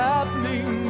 Happening